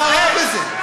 מה רע בזה?